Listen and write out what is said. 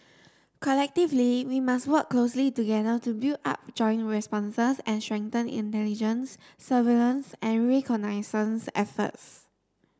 collectively we must work closely together to build up joint responses and strengthen intelligence surveillance and reconnaissance efforts